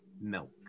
milk